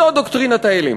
זו דוקטרינת ההלם.